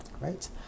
right